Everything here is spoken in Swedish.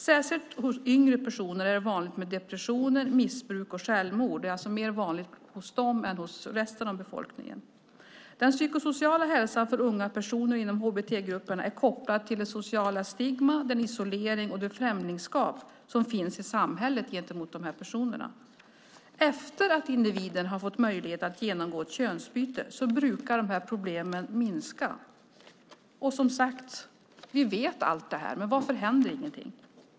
Särskilt hos yngre personer är det vanligt med depressioner, missbruk och självmord. Det är alltså vanligare hos dem än hos resten av befolkningen. Den psykosociala hälsan för unga personer inom HBT-gruppen är kopplad till det sociala stigma, den isolering och det främlingskap som finns i samhället för de här personerna. Efter att individen fått möjlighet att genomgå könsbyte brukar problemen minska. Som sagt vet vi allt det här. Men varför händer ingenting?